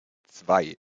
zwei